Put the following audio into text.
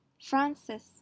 Francis